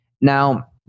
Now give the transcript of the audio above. Now